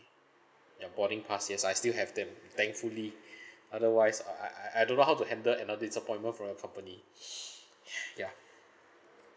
ya boarding pass yes I still have them thankfully otherwise I I I don't know how to handle another disappointment from your company ya